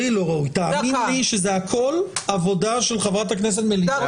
תאמין לי שזה הכול עבודה של חברת הכנסת מלינובסקי,